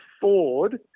Ford